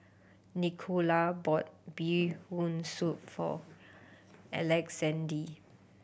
Nicola bought Bee Hoon Soup for Alexande